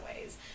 ways